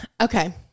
Okay